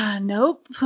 Nope